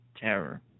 terror